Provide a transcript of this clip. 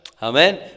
Amen